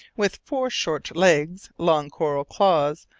with fourshort legs, long coral claws,